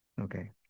Okay